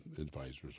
advisors